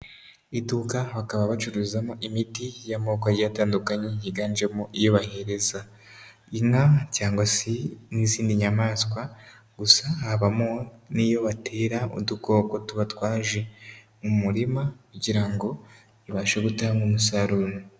Iduka bakaba bacuruzamo imiti y'amoko ye atandukanye yiganjemo iyo bahereza inka, cyangwa se n'izindi nyamaswa, gusa habamo n'iyo batera udukoko tuba twaje mu murima kugira ngo ibashe gutanga umusaruro.